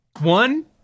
one